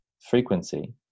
frequency